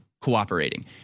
cooperating